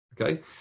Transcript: okay